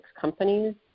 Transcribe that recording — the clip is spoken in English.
companies